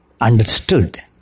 understood